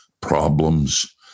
problems